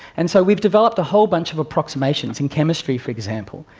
and so we've developed a whole bunch of approximations in chemistry for example,